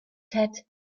ted